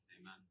Amen